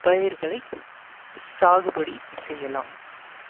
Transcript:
பயிர்களை சாகுபடி செய்யலாம்